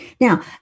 Now